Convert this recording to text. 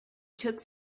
took